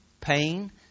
pain